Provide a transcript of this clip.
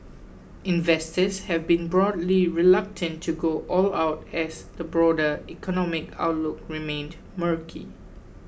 investors have been broadly reluctant to go all out as the broader economic outlook remained murky